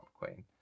queen